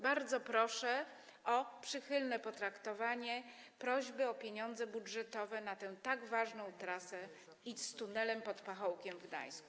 Bardzo proszę o przychylne potraktowanie prośby o pieniądze budżetowe na tę tak ważną trasę z tunelem pod Pachołkiem w Gdańsku.